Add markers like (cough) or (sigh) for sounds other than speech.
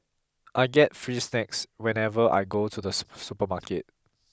I get free snacks whenever I go to the (unintelligible) supermarket